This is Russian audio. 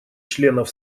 членов